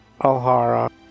Alhara